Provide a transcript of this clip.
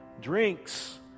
drinks